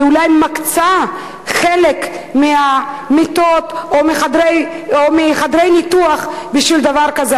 מקצה חלק מהמיטות או מחדרי הניתוח עבור דבר כזה,